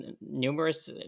numerous